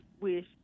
wish